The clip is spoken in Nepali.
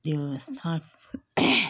त्यो सठ